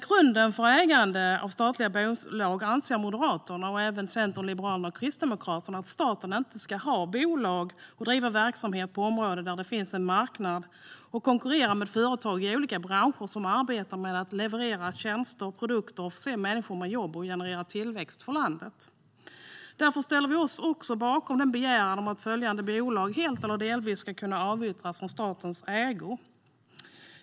Grundprincipen för statligt ägande av bolag anser Moderaterna och även Centern, Liberalerna och Kristdemokraterna ska vara att staten inte ska bedriva verksamhet på områden där det finns en marknad och därmed konkurrera med företag i olika branscher som arbetar med att leverera tjänster och produkter, förse människor med jobb och generera tillväxt för landet. Därför ställer vi oss bakom begäran att helt eller delvis avyttra följande bolag från statens ägo.